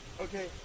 Okay